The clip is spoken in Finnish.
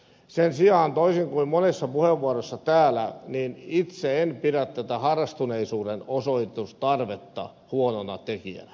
sen sijaan toisin kuin monessa puheenvuorossa täällä itse en pidä tätä harrastuneisuuden osoitustarvetta huonona tekijänä